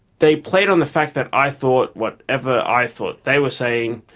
they played on the fact that i thought whatever i thought they were saying